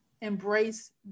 embrace